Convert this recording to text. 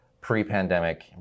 pre-pandemic